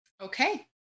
Okay